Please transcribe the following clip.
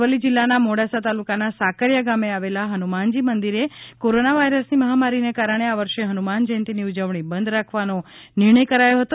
તો અરવલ્લી જિલ્લાના મોડાસા તાલુકાના સાકરીયા ગામે આવેલા હનુમાનજી મંદિરે કોરોના વાયરસની મહામારીને કારણે આ વર્ષે હનુમાન જયંતિની ઉજવણી બંધ રાખવાનો નિર્ણય કરાયો છે